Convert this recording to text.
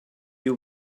you